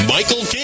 Michael